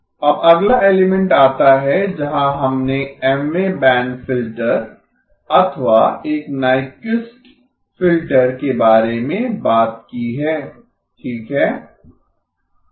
अब अगला एलिमेंट आता है जहाँ हमने Mवें बैंड फ़िल्टर अथवा एक नाइकुइस्ट फिल्टर के बारे में बात की है ठीक है